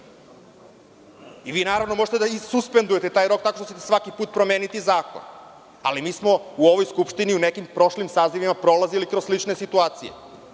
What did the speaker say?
rok. Vi naravno možete da i suspendujete taj rok tako što ćete svaki put promeniti zakon, ali mi smo u ovoj skupštini u nekim prošlim sazivima prolazili kroz slične situacije.